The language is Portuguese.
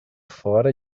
fora